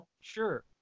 Sure